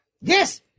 Yes